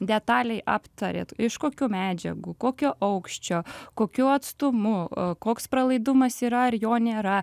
detaliai aptarėt iš kokių medžiagų kokio aukščio kokiu atstumu koks pralaidumas yra ar jo nėra